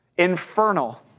Infernal